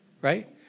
Right